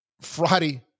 Friday